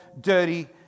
dirty